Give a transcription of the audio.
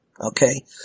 Okay